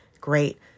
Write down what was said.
great